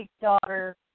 daughter